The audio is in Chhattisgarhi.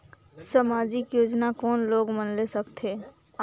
समाजिक योजना कोन लोग मन ले सकथे?